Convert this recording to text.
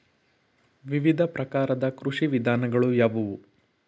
ವಿವಿಧ ಪ್ರಕಾರದ ಕೃಷಿ ವಿಧಾನಗಳು ಯಾವುವು?